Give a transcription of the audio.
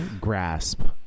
grasp